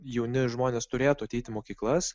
jauni žmonės turėtų ateit į mokyklas